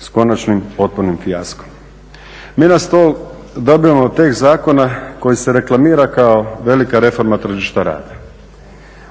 s konačnim potpunim fijaskom. Mi na stolu dobivamo tekst zakona koji se reklamira kao velika reforma tržišta rada,